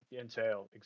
Entail